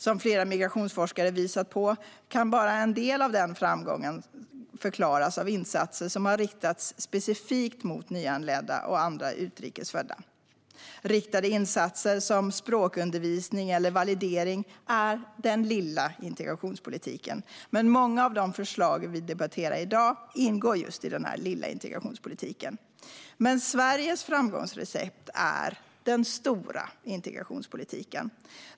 Som flera migrationsforskare visat på kan bara en del av den framgången förklaras av insatser som har riktats specifikt mot nyanlända och andra utrikes födda. Riktade insatser, som språkundervisning eller validering, är den lilla integrationspolitiken. Många av de förslag vi debatterar i dag ingår i just den lilla integrationspolitiken. Men Sveriges framgångsrecept är den stora integrationspolitiken.